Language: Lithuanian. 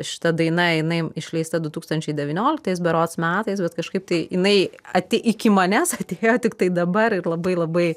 šita daina jinai išleista du tūkstančiai devynioliktais berods metais bet kažkaip tai jinai ati iki manęs atėjo tiktai dabar ir labai labai